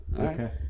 okay